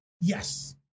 yes